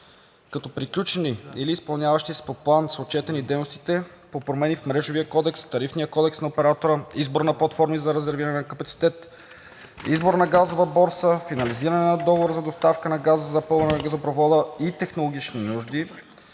Като приключени или изпълняващи се по план са отчетени дейностите по промени в Мрежовия кодекс, Тарифния кодекс на оператора, избор на подформи за резервиране на капацитет, избор на газова борса, финализиране на договор за доставка на газ за запълване на газопровода и технологични нужди,